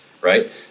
Right